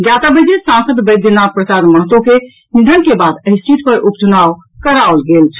ज्ञातव्य अछि जे सांसद वैधनाथ प्रसाद महतो के निधन के बाद एहि सीट पर उपचुनाव कराओल गेल छल